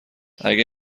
اگه